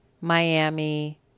Miami